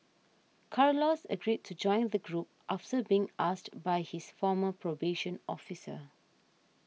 Carlos agreed to join the group after being asked by his former probation officer